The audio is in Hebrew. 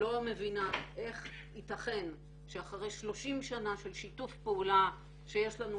לא מבינה איך ייתכן שאחרי 30 שנה של שיתוף פעולה שיש לנו,